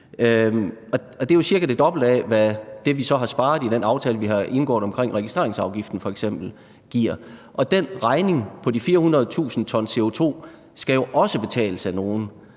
Det er jo cirka det dobbelte af det, vi så har sparet i den aftale, vi har indgået om f.eks. registreringsafgiften. Den regning på de 400.000 t CO2 skal jo også betales af nogle,